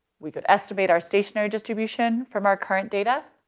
we could estimate our stationary distribution from our current data,